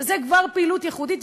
זו פעילות ייחודית.